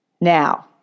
Now